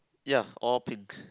ya all pink